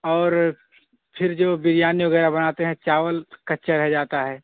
اور پھر جو بریانی وغیرہ بناتے ہیں چاول کچا رہ جاتا ہے